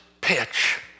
pitch